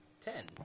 Ten